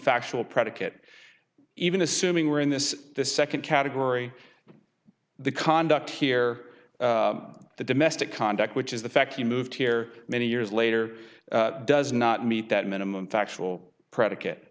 factual predicate even assuming where in this the second category the conduct here the domestic conduct which is the fact he moved here many years later does not meet that minimum factual predi